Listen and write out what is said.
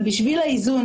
אבל בשביל האיזון,